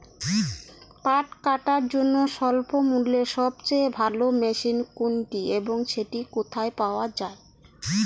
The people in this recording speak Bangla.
পাট কাটার জন্য স্বল্পমূল্যে সবচেয়ে ভালো মেশিন কোনটি এবং সেটি কোথায় পাওয়া য়ায়?